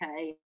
okay